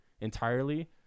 entirely